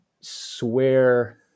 swear